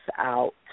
out